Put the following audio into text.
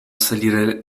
salire